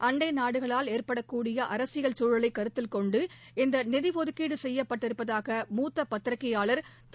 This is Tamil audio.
அண்டை நாடுகளால் ஏற்படக்கூடிய அரசியல் சூழலை கருத்தில் கொண்டு இந்த நிதி ஒதுக்கீடு செய்யப்பட்டிருப்பதாக மூத்த பத்திரிக்கையாளர் திரு